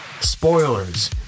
Spoilers